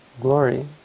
glory